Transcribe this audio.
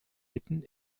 mitten